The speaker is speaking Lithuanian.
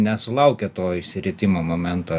nesulaukia to išsiritimo momento